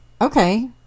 okay